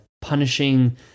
punishing